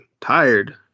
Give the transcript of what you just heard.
tired